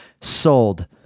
Sold